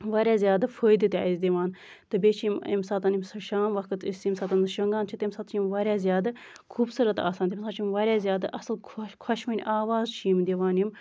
واریاہ زیادٕ فٲیدٕ تہِ اَسہِ دِوان تہٕ بیٚیہِ چھِ یِم اَمہِ ساتہٕ ییٚمہِ ساتہٕ شام وقت أسۍ ییٚمہِ ساتہٕ أسۍ شۄنگان چھِ تَمہِ ساتہٕ چھِ یِم واریاہ زیادٕ خوٗبصوٗرت آسان تَمہِ ساتہٕ چھِ یِم واریاہ زیادٕ اَصٕل خۄش خۄشؤنۍ آواز چھِ یِم دِوان یِم